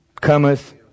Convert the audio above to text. cometh